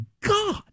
god